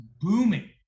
booming